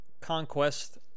conquest